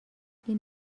این